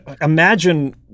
imagine